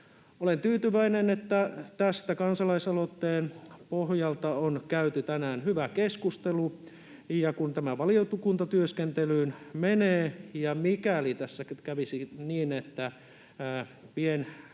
Olen tyytyväinen, että tämän kansalaisaloitteen pohjalta on käyty tänään hyvä keskustelu. Ja kun tämä valiokuntatyöskentelyyn menee, ja mikäli tässä nyt kävisi niin, että pienloukut